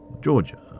Georgia